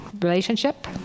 relationship